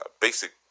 basic